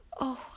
Oh